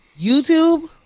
YouTube